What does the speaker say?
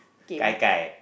okay made